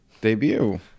debut